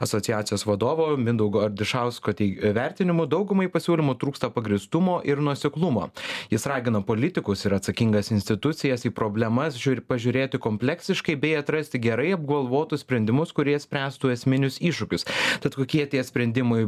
asociacijos vadovo mindaugo ardišausko tei vertinimu daugumai pasiūlymų trūksta pagrįstumo ir nuoseklumo jis ragina politikus ir atsakingas institucijas į problemas žiūr pažiūrėti kompleksiškai bei atrasti gerai apgalvotus sprendimus kurie spręstų esminius iššūkius tad kokie tie sprendimai